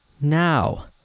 Now